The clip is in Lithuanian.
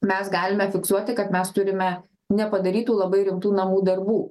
mes galime fiksuoti kad mes turime nepadarytų labai rimtų namų darbų